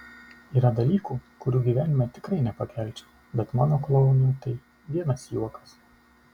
yra dalykų kurių gyvenime tikrai nepakelčiau bet mano klounui tai vienas juokas